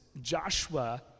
Joshua